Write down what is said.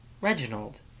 Reginald